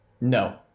no